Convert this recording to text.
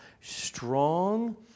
strong